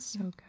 Okay